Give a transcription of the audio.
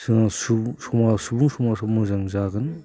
जोंनाव सुबुं समाज सुबुं समाजआव मोजां जागोन